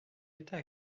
état